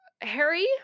Harry